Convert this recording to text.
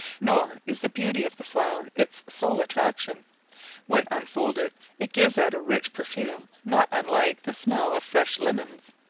nor is the beauty of the flower its sole attraction when unfolded it gives out a rich perfume not unlike the smell of fresh lemons.